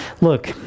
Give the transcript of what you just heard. look